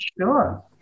Sure